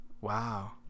Wow